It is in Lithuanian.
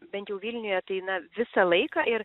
bent jau vilniuje tai na visą laiką ir